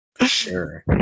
Sure